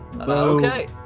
Okay